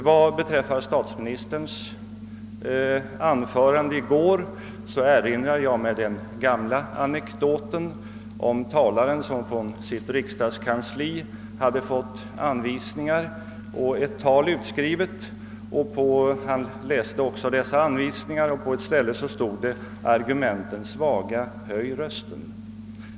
Vad beträffar statsministerns anförande i går erinrar jag mig den gamla anekdoten om talaren som från sitt riksdagskansli hade fått ett tal med anvisningar utskrivet. Han läste också dessa anvisningar och på ett ställe stod det: Argumenten svaga, höj rösten!